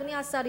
אדוני השר,